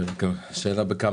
השאלה בכמה.